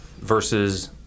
versus